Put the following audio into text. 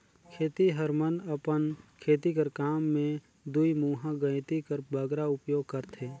खेतिहर मन अपन खेती कर काम मे दुईमुहा गइती कर बगरा उपियोग करथे